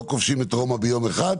לא כובשים את רומא ביום אחד,